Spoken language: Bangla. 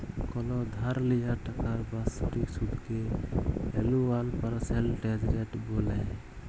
কল ধার লিয়া টাকার বাৎসরিক সুদকে এলুয়াল পার্সেলটেজ রেট ব্যলে